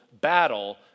battle